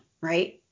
Right